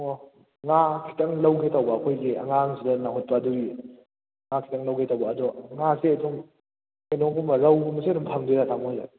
ꯑꯣ ꯉꯥ ꯈꯤꯇꯪ ꯂꯧꯒꯦ ꯇꯧꯕ ꯑꯩꯈꯣꯏꯒꯤ ꯑꯉꯥꯡ ꯁꯤꯗ ꯅꯥꯍꯨꯠꯄ ꯑꯗꯨꯒꯤ ꯉꯥ ꯈꯤꯇꯪ ꯂꯧꯒꯦ ꯇꯧꯕ ꯑꯗꯣ ꯉꯥꯁꯦ ꯑꯗꯨꯝ ꯀꯩꯅꯣꯒꯨꯝꯕ ꯔꯧꯒꯨꯝꯕꯁꯦ ꯑꯗꯨꯝ ꯐꯪꯗꯣꯏꯔꯥ ꯇꯥꯃꯣꯒꯤꯁꯦ